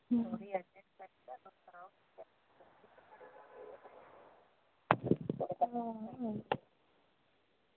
अं